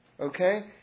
Okay